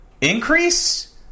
increase